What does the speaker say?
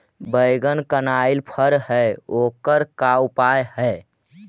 बैगन कनाइल फर है ओकर का उपाय है?